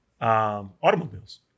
automobiles